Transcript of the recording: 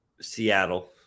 Seattle